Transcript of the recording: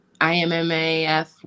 IMMAF